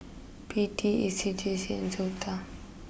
P T A C J C and Sota